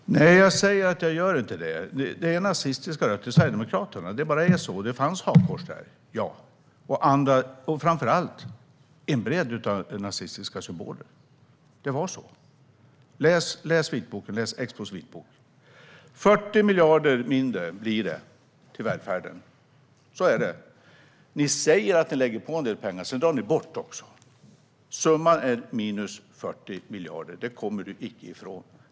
Fru talman! Nej, jag säger att jag inte gör det. Sverigedemokraterna har nazistiska rötter; det bara är så. Det fanns hakkors där, ja, och framför allt en bredd av nazistiska symboler. Det var så. Läs Expos vitbok! Det blir 40 miljarder mindre till välfärden. Så är det. Ni säger att ni lägger till en del pengar, Jimmie Åkesson, men sedan drar ni bort också. Summan är 40 miljarder. Det kommer du icke ifrån.